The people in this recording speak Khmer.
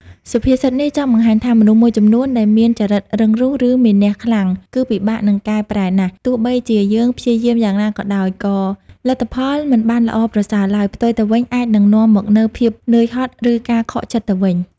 សុភាសិតនេះចង់បង្ហាញថា មនុស្សមួយចំនួនដែលមានចរិតរឹងរូស ឬមានះខ្លាំង គឺពិបាកនឹងកែប្រែណាស់ ទោះបីជាយើងព្យាយាមយ៉ាងណាក៏ដោយ ក៏លទ្ធផលមិនបានល្អប្រសើរឡើយ ផ្ទុយទៅវិញអាចនឹងនាំមកនូវភាពនឿយហត់ ឬការខកចិត្តទៅវិញ។